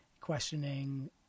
questioning